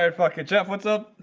right fuck you jeff. what's up?